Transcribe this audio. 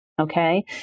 Okay